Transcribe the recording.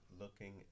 looking